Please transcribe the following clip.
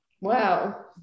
Wow